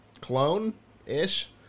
clone-ish